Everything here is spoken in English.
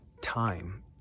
time